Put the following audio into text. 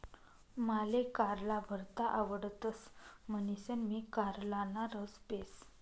माले कारला भरता आवडतस म्हणीसन मी कारलाना रस पेस